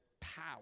power